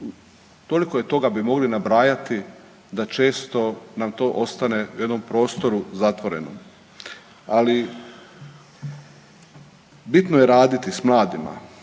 toliko toga bi mogli nabrajati da često nam to ostane u jednom prostoru zatvorenom. Ali bitno je raditi s mladima,